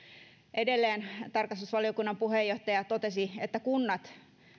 edelleen tarkastusvaliokunnan puheenjohtaja totesi että kunnat